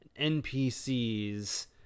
NPCs